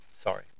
Sorry